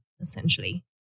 essentially